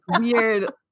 weird